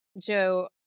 Joe